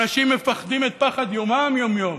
אנשים מפחדים את פחד יומם יום-יום,